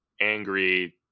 angry